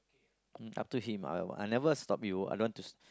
up to him I I never stop you I don't to